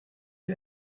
who